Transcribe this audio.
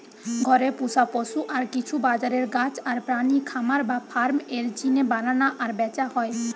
ঘরে পুশা পশু আর কিছু বাজারের গাছ আর প্রাণী খামার বা ফার্ম এর জিনে বানানা আর ব্যাচা হয়